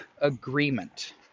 agreement